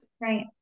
Right